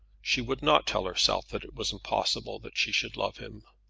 she would not tell herself that it was impossible that she should love him.